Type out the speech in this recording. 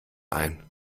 ein